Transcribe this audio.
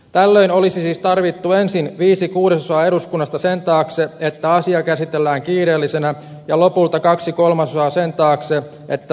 tällöin olisi siis tarvittu ensin viisi kuudesosaa eduskunnasta sen taakse että asia käsitellään kiireellisenä ja lopulta kaksi kolmasosaa sen taakse että sopimus hyväksytään